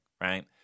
right